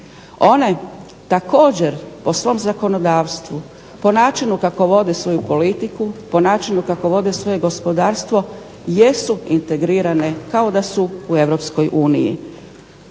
One također po svom zakonodavstvu, po načinu kako vode svoju politiku, po načinu kako vode svoje gospodarstvo jesu integrirane kao da su u EU. Njihovi